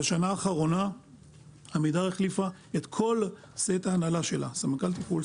בשנה האחרונה עמידר החליפה את כל סט ההנהלה שלה סמנכ"ל תפעול,